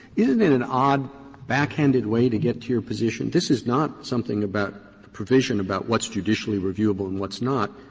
isn't it an odd backhanded way to get to your position? this is not something about a provision about what's judicially reviewable and what's not.